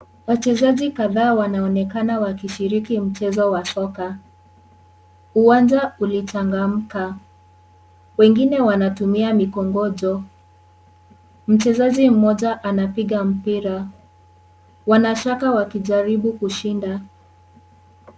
Wachezaji kadhaa wanaonekana wakishiriki mchezo wa soka. Uwanja umekauka. Wengine wanatumia mikongojo. Mchezaji mmoja anapiga mpira. Wanashaka wakijaribu kushinda.